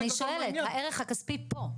אני שואלת הערך הכספי פה.